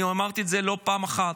כן, אני אמרתי את זה לא פעם אחת,